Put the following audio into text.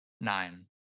Nine